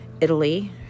Italy